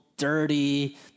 dirty